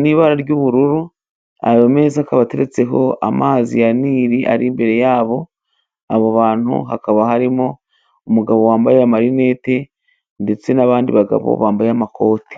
n'ibara ry'ubururu, ayo meza akaba ateretseho amazi ya nili ari imbere yabo. Abo bantu hakaba harimo umugabo wambaye amarinete, ndetse n'abandi bagabo bambaye amakoti.